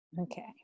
Okay